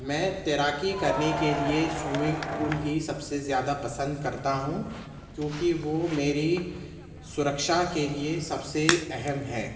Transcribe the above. میں تیراکی کرنے کے لیے سوئیمنگ پول ہی سب سے زیادہ پسند کرتا ہوں کیونکہ وہ میری سرکشا کے لیے سب سے اہم ہے